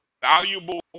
valuable